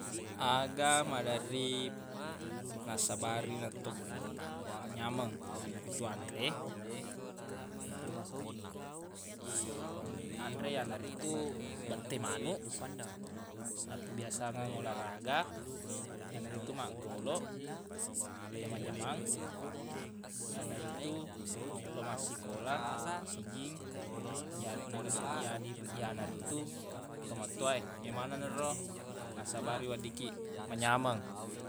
Aga maderri nassabari nate- manyameng yanaritu anre eng- anre yanaritu bette manuq napubiasangeng olahraga yanaritu maggoloq jama-jamang yanaritu lau massikola sijing yareq naga tu- yadir- yanaritu tomatowa e ye manenna ro nassabari weddikkiq manyameng.